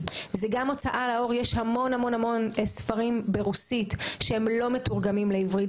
גם הוצאה לאור יש המון ספרים ברוסית שלא מתורגמים לעברית,